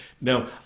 Now